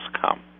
come